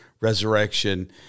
resurrection